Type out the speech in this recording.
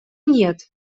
нет